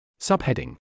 Subheading